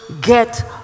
get